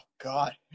god